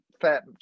fat